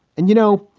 and, you know,